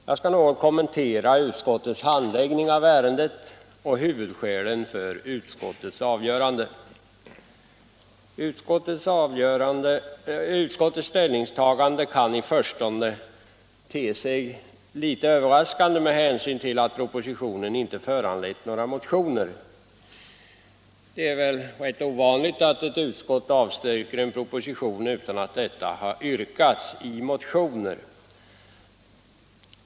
Jag skall något kommentera utskottets handläggning av ärendet och huvudskälen till utskottets ställningstagande. Utskottets ställningstagande kan i förstone te sig litet överraskande med hänsyn till att propositionen inte föranlett några motioner. Det är rätt ovanligt att ett utskott avstyrker en proposition utan att detta har yrkats i motioner.